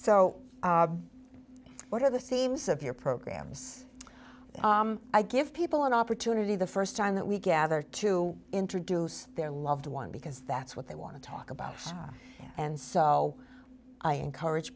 so what are the same severe programs i give people an opportunity the first time that we gather to introduce their loved one because that's what they want to talk about and so i encourage